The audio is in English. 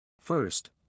First